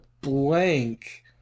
blank